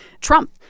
Trump